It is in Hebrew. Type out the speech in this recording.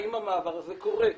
האם המעבר הזה קורה.